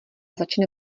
začne